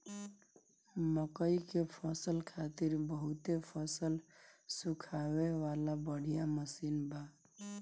मकई के फसल खातिर बहुते फसल सुखावे वाला बढ़िया मशीन बा